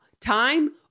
time